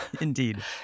indeed